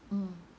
mm